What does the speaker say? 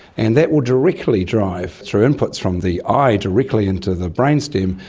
and that will directly drive, through inputs from the eye directly into the brain stem,